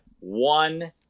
one